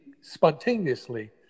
spontaneously